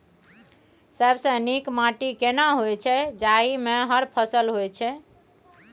सबसे नीक माटी केना होय छै, जाहि मे हर फसल होय छै?